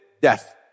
Death